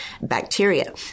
bacteria